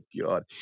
God